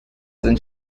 sind